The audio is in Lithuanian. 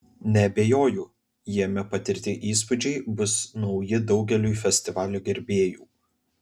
neabejoju jame patirti įspūdžiai bus nauji daugeliui festivalio gerbėjų